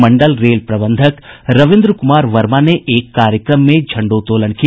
मंडल rail प्रबंधक रविन्द्र कुमार वर्मा ने एक कार्यक्रम में झंडोत्तोलन किया